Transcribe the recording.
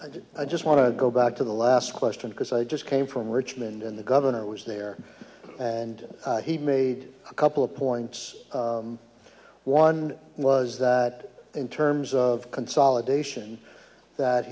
did i just want to go back to the last question because i just came from richmond and the governor was there and he made a couple of points one was that in terms of consolidation that